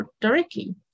directly